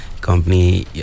company